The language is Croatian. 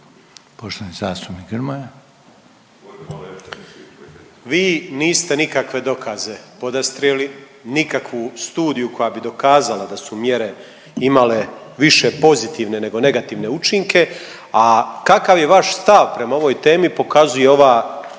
Nikola (MOST)** Vi niste nikakve dokaze podastrijeli, nikakvu studiju koja bi dokazala da su mjere imale više pozitivne nego negativne učinke, a kakav je vaš stav prema ovoj temi pokazuje ova